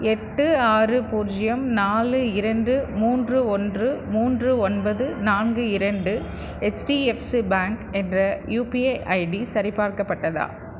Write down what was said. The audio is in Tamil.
எட்டு ஆறு பூஜ்ஜியம் நாலு இரண்டு மூன்று ஓன்று மூன்று ஒன்பது நான்கு இரண்டு ஹெச்டிஎஃப்சி பேங்க் என்ற யுபிஐ ஐடி சரிபார்க்கப்பட்டதா